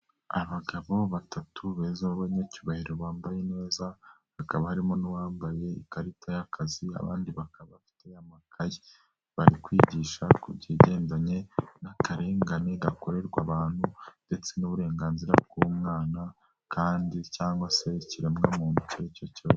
Abagabo batatu beza b'abanyacyubahiro bambaye neza, hakaba harimo n'uwambaye ikarita y'akazi, abandi bakaba bafite amakaye, bari kwigisha ku kigendanye n'akarengane gakorerwa abantu ndetse n'uburenganzira bw'umwana kandi cyangwa se ikiremwamuntu icyo ari cyo cyose.